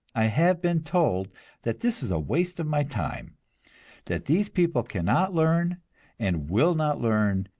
i have been told that this is a waste of my time that these people cannot learn and will not learn,